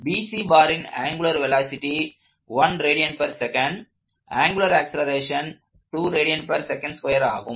BC பாரின் angular velocity angular acceleration ஆகும்